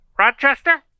Rochester